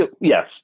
yes